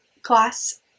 Class